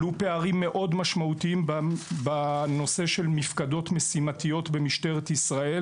עלו פערים מאוד משמעותיים בנושא של מפקדות משימתיות במשטרת ישראל